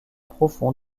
profond